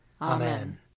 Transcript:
Amen